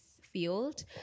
field